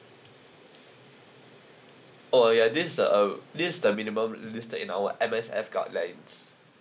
oh ya this uh this is the minimum listed in our M_S_F guideline